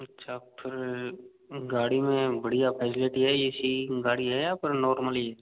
अच्छा फिर गाड़ी में बढ़िया फेसेलिटी है ए सी गाड़ी है या फिर नॉर्मली